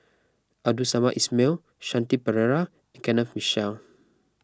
Abdul Samad Ismail Shanti Pereira and Kenneth Mitchell